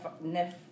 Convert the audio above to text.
nef